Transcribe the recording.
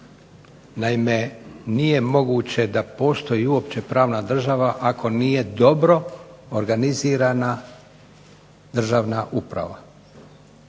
Naime nije moguće da postoji uopće pravna država ako nije dobro organizirana državna uprava.